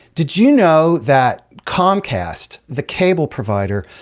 did you know that comcast, the cable provider,